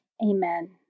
Amen